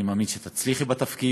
אני מצטרפת.